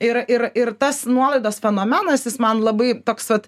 ir ir ir tas nuolaidos fenomenas jis man labai toks vat